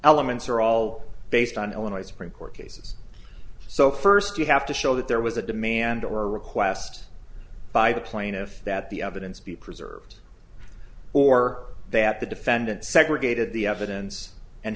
elements are all based on illinois supreme court cases so first you have to show that there was a demand or a request by the plaintiff that the evidence be preserved or that the defendant segregated the evidence and